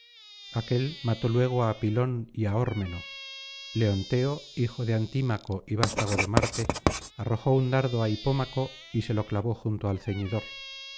aquel mató luego á pilón y á ormeno leonteo hijo de antímaco y vastago de marte arrojó un dardo á hipómaco y se lo clavó junto al ceñidor